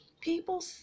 People